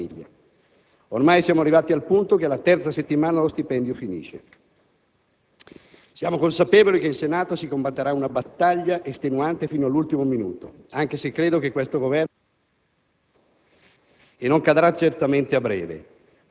e sa cosa vuol dire risparmiare due lire per mandare avanti la famiglia. Ormai siamo arrivati al punto che alla terza settimana lo stipendio finisce. Siamo consapevoli che in Senato si combatterà una battaglia estenuante fino all'ultimo minuto, anche se credo che questo Governo